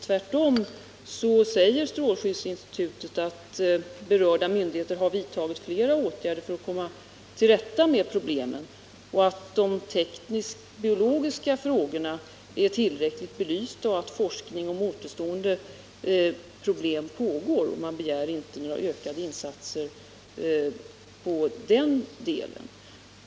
Tvärtom säger strålskyddsinstitutet i skrivelsen att berörda myndigheter har vidtagit flera åtgärder för att komma till rätta med problemen, att de tekniskt-biologiska frågorna är tillräckligt belysta och att forskning om återstående problem pågår. Man begär inte några ökade insatser i den delen.